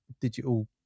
digital